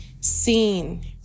seen